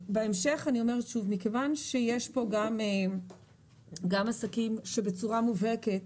מכיוון שיש פה גם עסקים שבצורה מובהקת